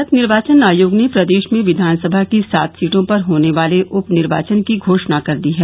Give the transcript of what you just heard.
भारत निर्वाचन आयोग ने प्रदेश में विधानसभा की सात सीटों पर होने वाले उप निर्वाचन की घोषणा कर दी है